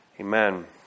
Amen